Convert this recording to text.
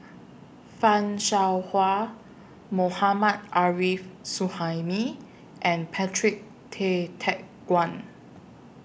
fan Shao Hua Mohammad Arif Suhaimi and Patrick Tay Teck Guan